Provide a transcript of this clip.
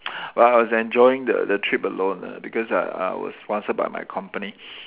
but I was enjoying the the trip alone ah because I I was sponsored by my company